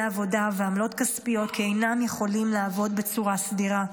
עבודה ועמלות כספיות כי אינם יכולים לעבוד בצורה סדירה.